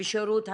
בשירות המדינה,